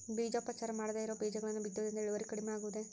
ಬೇಜೋಪಚಾರ ಮಾಡದೇ ಇರೋ ಬೇಜಗಳನ್ನು ಬಿತ್ತುವುದರಿಂದ ಇಳುವರಿ ಕಡಿಮೆ ಆಗುವುದೇ?